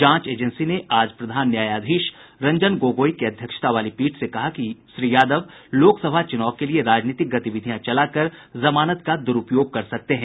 जांच एजेंसी ने आज प्रधान न्यायाधीश रंजन गोगोई की अध्यक्षता वाली पीठ से कहा कि यादव लोकसभा चुनाव के लिए राजनीतिक गतिविधियां चलाकर जमानत का दुरूपयोग कर सकते है